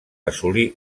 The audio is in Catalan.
assolir